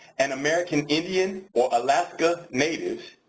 and american indians or alaskan natives,